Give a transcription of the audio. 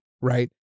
right